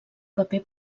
paper